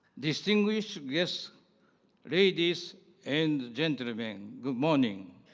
distinguished guests ladies and gentlemen good morning